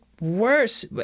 worse